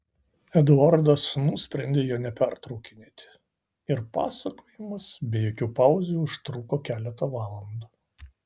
eduardas nusprendė jo nepertraukinėti ir pasakojimas be jokių pauzių užtruko keletą valandų